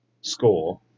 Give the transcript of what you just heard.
score